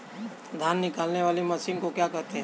धान निकालने वाली मशीन को क्या कहते हैं?